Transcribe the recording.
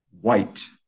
white